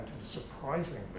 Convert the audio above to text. surprisingly